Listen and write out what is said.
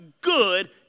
good